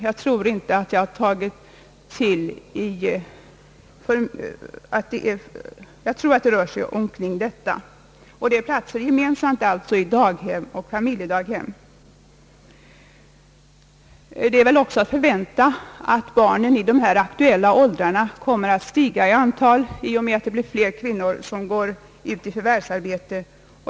Det är väl också att förvänta att antalet barn i de nu aktuella åldrarna som behöver tillsyn kommer att stiga i antal i och med att fler kvinnor går ut i förvärvsarbete.